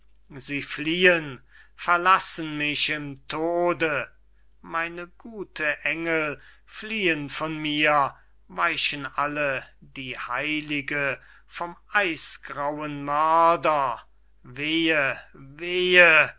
sie fliehen verlassen mich im tode meine gute engel fliehen von mir weichen alle die heilige vom eisgrauen mörder wehe wehe